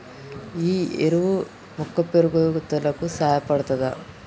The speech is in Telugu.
ఈ ఎరువు మొక్క పెరుగుదలకు సహాయపడుతదా?